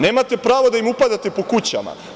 Nemate pravo da im upadate po kućama.